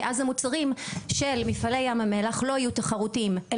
כי אז המוצרים של מפעלי ים המלח לא יהיו תחרותיים אל